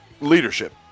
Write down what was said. leadership